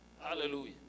Hallelujah